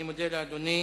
אני מודה לאדוני.